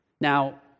Now